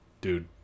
dude